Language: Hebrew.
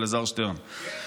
אלעזר שטרן,